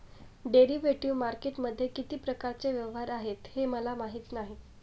derivative मार्केटमध्ये किती प्रकारचे व्यवहार आहेत हे मला माहीत नाही